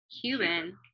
cuban